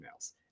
emails